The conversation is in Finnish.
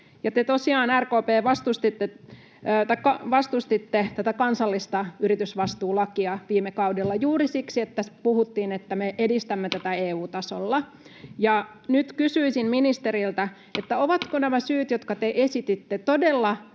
RKP, vastustitte tätä kansallista yritysvastuulakia viime kaudella juuri siksi, että tästä puhuttiin, että me edistämme tätä EU-tasolla. Nyt kysyisin ministeriltä: ovatko nämä syyt, jotka te esititte, todella